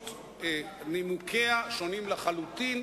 2008,